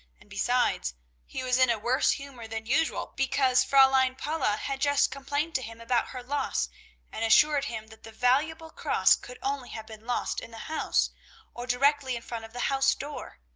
and besides he was in a worse humor than usual because fraulein paula had just complained to him about her loss and assured him that the valuable cross could only have been lost in the house or directly in front of the house-door.